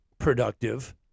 Productive